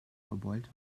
verbeult